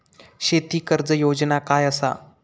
शेती कर्ज योजना काय असा?